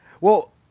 Well-